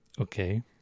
Okay